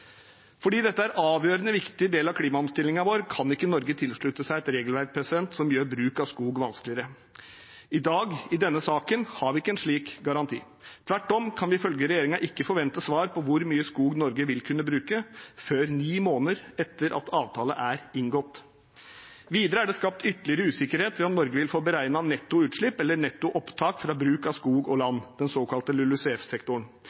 Fordi dette er en avgjørende viktig del av klimaomstillingen vår, kan ikke Norge tilslutte seg et regelverk som gjør bruk av skog vanskeligere. I dag, i denne saken, har vi ikke en slik garanti. Tvert om kan vi, ifølge regjeringen, ikke forvente svar på hvor mye skog Norge vil kunne bruke, før ni måneder etter at avtale er inngått. Videre er det skapt ytterligere usikkerhet ved om Norge vil få beregnet netto utslipp eller netto opptak fra bruk av skog og